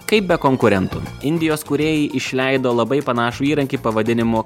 kaip be konkurentų indijos kūrėjai išleido labai panašų įrankį pavadinimu